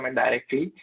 directly